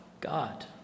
God